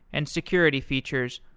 and security features,